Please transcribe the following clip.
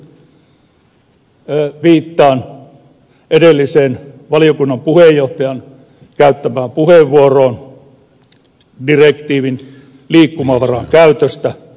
aivan lopuksi viittaan edelliseen valiokunnan puheenjohtajan käyttämään puheenvuoroon direktiivin liikkumavaran käytöstä